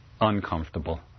uncomfortable